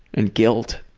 and guilt.